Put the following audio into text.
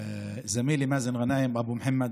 (אומר בערבית: עמיתי מאזן גנאים, אביהם של מוחמד,